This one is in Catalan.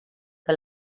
que